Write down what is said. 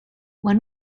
when